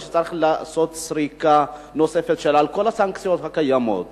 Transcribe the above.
לעשות סריקה נוספת של כל הסנקציות הקיימות.